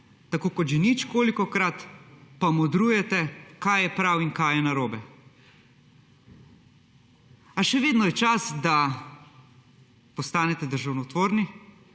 tako kot že ničkolikokrat, pa modrujete, kaj je prav in kaj je narobe. A še vedno je čas, da postanete državotvorni,